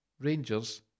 Rangers